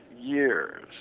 years